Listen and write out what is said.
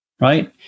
right